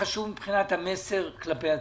מבחינת המסר כלפי הציבור.